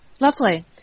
lovely